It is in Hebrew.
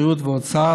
בריאות ואוצר,